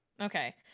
Okay